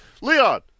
Leon